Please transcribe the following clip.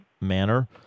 manner